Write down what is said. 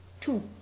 two